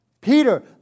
Peter